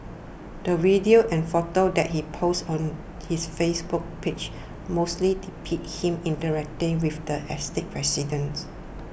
the videos and photos that he posts on his Facebook page mostly depict him interacting with the estate's residents